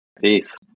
Peace